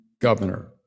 governor